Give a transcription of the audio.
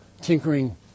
tinkering